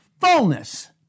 fullness